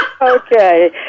Okay